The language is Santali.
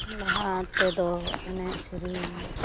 ᱞᱟᱦᱟ ᱛᱮᱫᱚ ᱮᱱᱮᱡ ᱥᱮᱨᱮᱧ